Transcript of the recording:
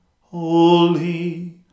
holy